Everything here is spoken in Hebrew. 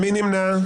מי נמנע?